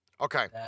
Okay